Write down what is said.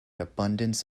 abundance